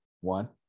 One